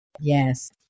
Yes